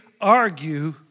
argue